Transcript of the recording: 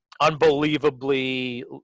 unbelievably